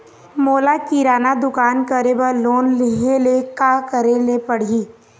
मोला किराना दुकान करे बर लोन लेहेले का करेले पड़ही?